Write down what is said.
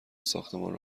ساختمان